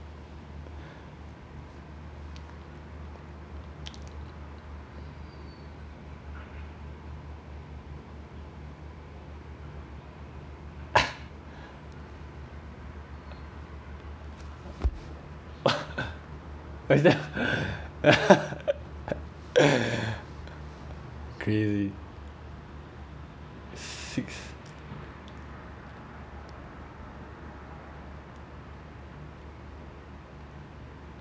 what’s that crazy six